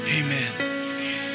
amen